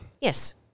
Yes